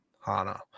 Hana